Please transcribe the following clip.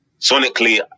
sonically